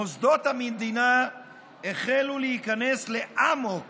מוסדות המדינה החלו להיכנס לאמוק